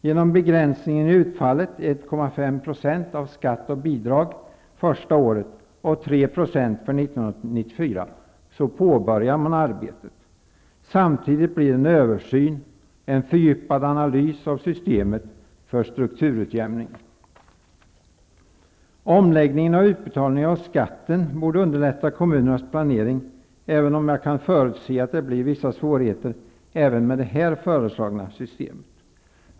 Genom begränsningen i utfallet, 1,5 % av skatt och bidrag första året och 3 % för 1994, påbörjar man arbetet. Samtidigt blir det en översyn och en fördjupad analys av systemet för strukturutjämning. Omläggningen av utbetalning av skatten borde underlätta kommunernas planering, även om jag kan förutse att det blir vissa svårigheter också med det här föreslagna systemet.